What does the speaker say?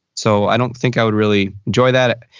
so i don't think i would really enjoy that.